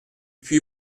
puy